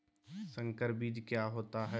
संकर बीज क्या होता है?